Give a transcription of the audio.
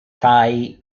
thai